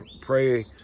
pray